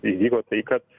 įvyko tai kad